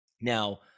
Now